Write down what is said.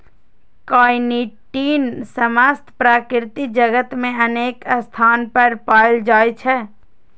chitin समस्त प्रकृति जगत मे अनेक स्थान पर पाएल जाइ छै